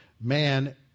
man